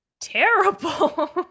terrible